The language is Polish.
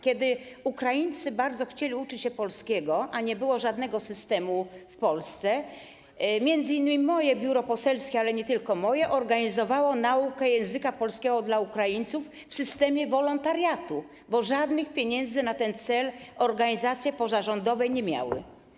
Kiedy Ukraińcy bardzo chcieli uczyć się polskiego, a nie było żadnego systemu w Polsce, m.in. moje biuro poselskie, ale nie tylko moje, organizowało naukę języka polskiego dla Ukraińców w systemie wolontariatu, bo żadnych pieniędzy na ten cel organizacje pozarządowe nie miały.